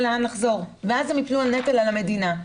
לאן לחזור ואז הם ייפלו נטל על המדינה.